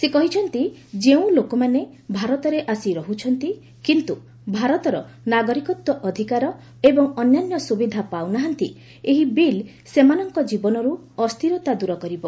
ସେ କହିଛନ୍ତି ଯେଉଁ ଲୋକମାନେ ଭାରତରେ ଆସି ରହୁଛନ୍ତି କିନ୍ତୁ ଭାରତର ନାଗରିକତ୍ୱ ଅଧିକାର ଏବଂ ଅନ୍ୟାନ୍ୟ ସୁବିଧା ପାଉନାହାନ୍ତି ଏହି ବିଲ୍ ସେମାନଙ୍କ ଜୀବନରୁ ଅସ୍ଥିରତା ଦୂର କରିବ